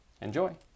Enjoy